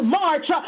march